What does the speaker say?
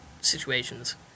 situations